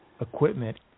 equipment